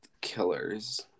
killers